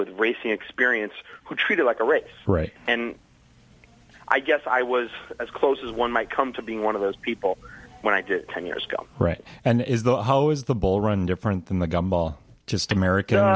with racing experience who treated like a rich rate and i guess i was as close as one might come to being one of those people when i did ten years come right and is the how is the bull run different than the gum ball just america